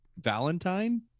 Valentine